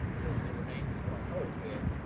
there there remains hope that